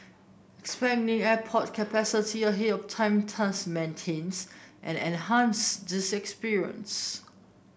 expanding airport capacity ahead of time thus maintains and enhance this experience